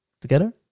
together